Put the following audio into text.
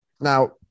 Now